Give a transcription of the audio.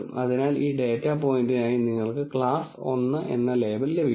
അതിനാൽ ഈ ഡാറ്റ പോയിന്റിനായി നിങ്ങൾക്ക് ക്ലാസ് 1 എന്ന ലേബൽ ലഭിക്കും